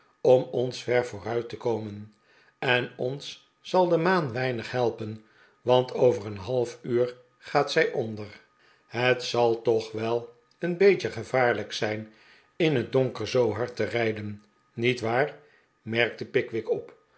om ons ver vooruit te komen en ons zal de maan weinig helpen want over een half uur gaat zij onder het zal toch wel een beetje gevaarlijk zijn in het donker zoo hard te rijden nietwaar merkte pickwick op